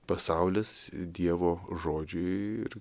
pasaulis dievo žodžiui ir